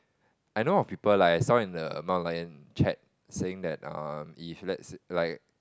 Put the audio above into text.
I know of people like I saw in the merlion chat saying that um if let's sa~ like